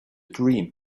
dream